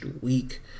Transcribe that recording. week